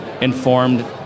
informed